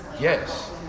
yes